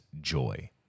joy